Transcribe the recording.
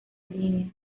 línea